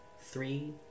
three